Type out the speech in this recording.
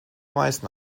meisten